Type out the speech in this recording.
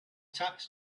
tax